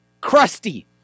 crusty